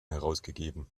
herausgegeben